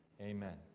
Amen